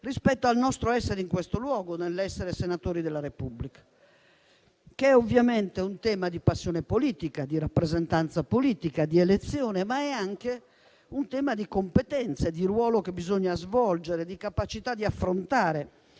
rispetto al nostro essere in questo luogo e al nostro essere senatori della Repubblica, che ovviamente è un tema di passione politica, di rappresentanza politica e di elezione, ma anche di competenza, del ruolo che bisogna svolgere e della capacità di affrontare